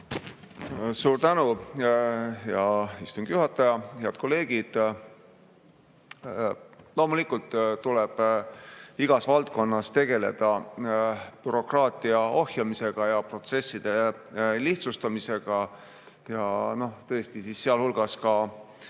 Suur tänu, hea istungi juhataja! Head kolleegid! Loomulikult tuleb igas valdkonnas tegeleda bürokraatia ohjamisega ja protsesside lihtsustamisega ning tõesti sealhulgas